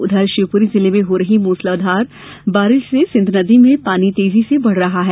उधर शिवपूरी जिले में हो रही मूसलाधार बारिश से सींध नदी में पानी तेजी से बढ़ रहा है